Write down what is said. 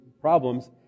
problems